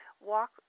walk